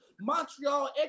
Montreal